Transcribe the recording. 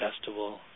Festival